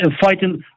fighting